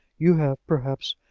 you have, perhaps,